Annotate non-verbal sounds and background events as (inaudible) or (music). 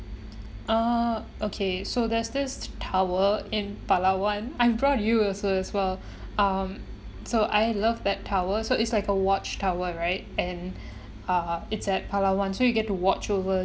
uh okay so there's this tower in palawan I brought you also as well um so I love that tower so it's like a watch tower right and (breath) uh it's at palawan so you get to watch over